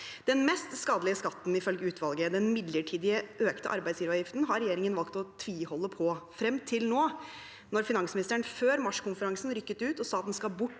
Den mest skadelige skatten, ifølge utvalget, den midlertidig økte arbeidsgiveravgiften, har regjeringen valgt å tviholde på – frem til nå, da finansministeren før marskonferansen rykket ut og sa at den skal bort